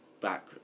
back